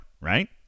right